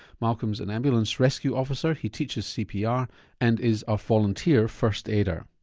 malcom's an ambulance rescue officer he teaches cpr and is a volunteer first-aider.